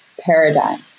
paradigm